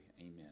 Amen